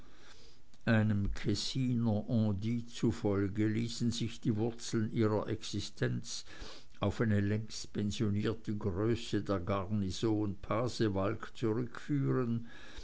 einem kessiner on dit zufolge ließen sich die wurzeln ihrer existenz auf eine längst pensionierte größe der garnison pasewalk zurückführen